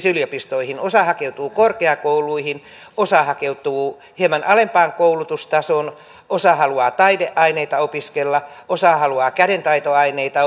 yliopistoihin osa hakeutuu korkeakouluihin osa hakeutuu hieman alempaan koulutustasoon osa haluaa taideaineita opiskella osa haluaa kädentaitoaineita